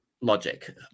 logic